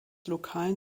lokalen